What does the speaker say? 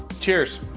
cheers.